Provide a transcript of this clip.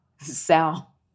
Sal